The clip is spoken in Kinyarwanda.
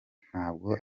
ntabwo